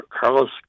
Carlos